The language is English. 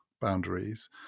boundaries